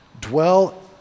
dwell